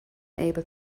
able